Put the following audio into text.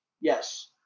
Yes